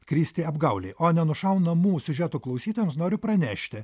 kristi apgaulei o nenušaunamų siužetų klausytojams noriu pranešti